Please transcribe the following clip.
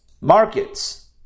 markets